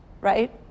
right